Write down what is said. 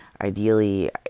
Ideally